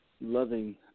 loving